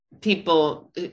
people